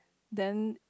then